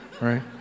right